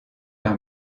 leur